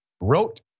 wrote